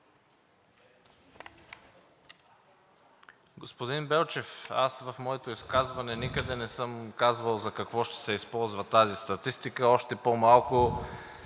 Господин Белчев, в моето изказване никъде не съм казвал за какво ще се използва тази статистика, а още по-малко